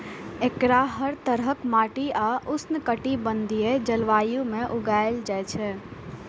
एकरा हर तरहक माटि आ उष्णकटिबंधीय जलवायु मे उगायल जाए छै